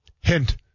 Hint